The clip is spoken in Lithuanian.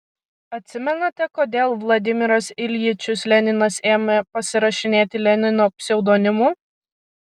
atsimenate kodėl vladimiras iljičius leninas ėmė pasirašinėti lenino pseudonimu